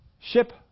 ship